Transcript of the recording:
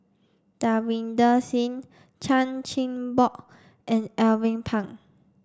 Davinder Singh Chan Chin Bock and Alvin Pang